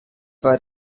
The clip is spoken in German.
war